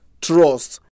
trust